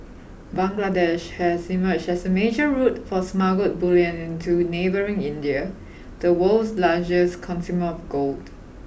Bangladesh has emerged as a major route for smuggled bullion into neighbouring India the world's largest consumer of gold